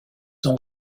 ont